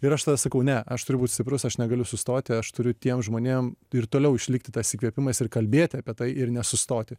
ir aš sakau ne aš turiu būt stiprus aš negaliu sustoti aš turiu tiem žmonėm ir toliau išlikti tas įkvėpimas ir kalbėti apie tai ir nesustoti